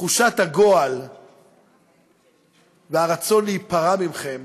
תחושת הגועל והרצון להיפרע מכם